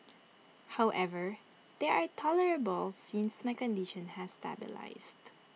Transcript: however they are tolerable since my condition has stabilised